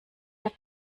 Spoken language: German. der